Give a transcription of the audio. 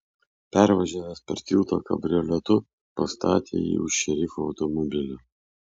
pervažiavęs per tiltą kabrioletu pastatė jį už šerifo automobilio